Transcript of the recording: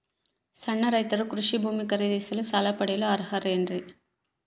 ಸಣ್ಣ ರೈತರು ಕೃಷಿ ಭೂಮಿ ಖರೇದಿಸಲು ಸಾಲ ಪಡೆಯಲು ಅರ್ಹರೇನ್ರಿ?